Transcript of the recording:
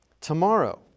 tomorrow